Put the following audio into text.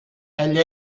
elle